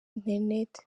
internet